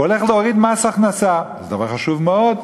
הוא הולך להוריד מס הכנסה, זה דבר חשוב מאוד,